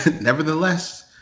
Nevertheless